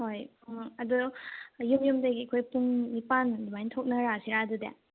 ꯍꯣꯏ ꯎꯝ ꯑꯗꯨ ꯌꯨꯝ ꯌꯨꯝꯗꯒꯤ ꯑꯩꯈꯣꯏ ꯄꯨꯡ ꯅꯤꯄꯥꯜ ꯑꯗꯨꯃꯥꯏ ꯊꯣꯛꯅꯔꯛꯑꯁꯤꯔꯥ ꯑꯗꯨꯗꯤ